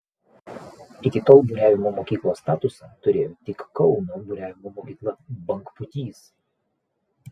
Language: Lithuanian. iki tol buriavimo mokyklos statusą turėjo tik kauno buriavimo mokykla bangpūtys